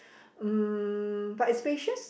mm but it's spacious